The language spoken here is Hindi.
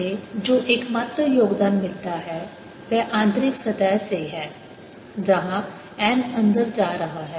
मुझे जो एकमात्र योगदान मिलता है वह आंतरिक सतह से है जहां n अंदर जा रहा है